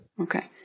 Okay